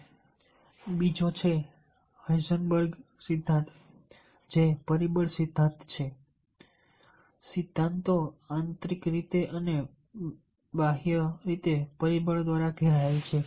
આગળ બીજો છે હર્ઝબર્ગનો સિદ્ધાંત જે બે પરિબળ સિદ્ધાંત છે સિદ્ધાંતો આંતરિક અને બાહ્ય પરિબળો છે